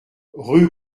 rue